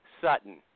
Sutton